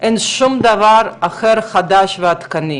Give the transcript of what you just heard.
אין שום דבר אחר חדש ועדכני.